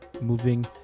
moving